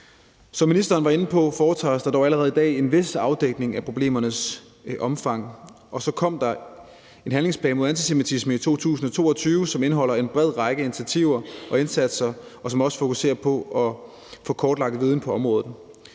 Som ministeren var inde på, foretages der dog allerede i dag en vis afdækning af problemernes omfang, og der kom en handlingsplan mod antisemitisme i 2022, som indeholder en bred vifte af initiativer og indsatser, og som også fokuserer på at få kortlagt viden på området.